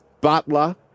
Butler